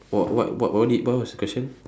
what what what what what did what was the question